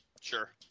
Sure